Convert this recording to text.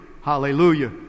hallelujah